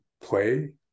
play